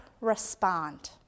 respond